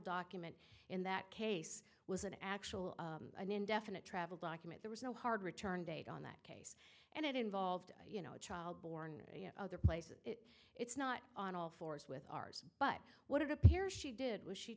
document in that case was an actual an indefinite travel document there was no hard return date on that case and it involved you know a child born in other places it's not on all fours with ours but what it appears she did was she